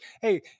hey